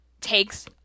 takes